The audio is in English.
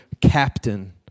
captain